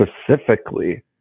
specifically